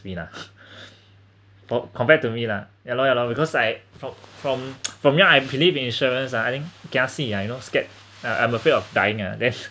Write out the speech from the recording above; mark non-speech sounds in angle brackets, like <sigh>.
me lah for compared to me lah ya lor ya lor because I from from <noise> from young I believe insurance ah I think kiasi ah you know scared um I'm afraid of dying ah then